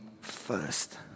first